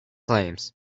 claims